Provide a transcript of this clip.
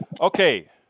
Okay